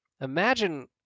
imagine